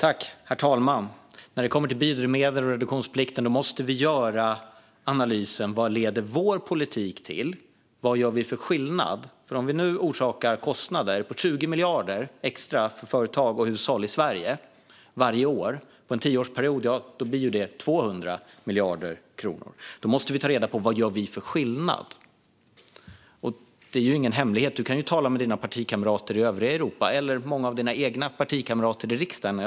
Herr talman! När det kommer till biodrivmedel och reduktionsplikten måste vi göra analysen: Vad leder vår politik till? Vad gör vi för skillnad? Om vi nu orsakar kostnader på 20 miljarder extra för företag och hushåll i Sverige varje år blir det på en tioårsperiod 200 miljarder kronor. Då måste vi ta reda på: Vad gör vi för skillnad? Det är ingen hemlighet. Du kan tala med dina partikamrater i övriga Europa, eller många av dina egna partikamrater i riksdagen.